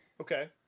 Okay